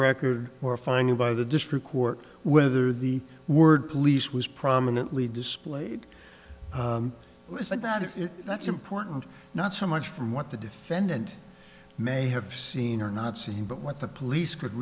record or finally by the district court whether the word police was prominently displayed isn't that if that's important not so much from what the defendant may have seen or not seen but what the police could